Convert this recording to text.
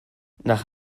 nach